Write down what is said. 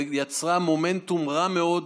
ויצרה מומנטום רע מאוד,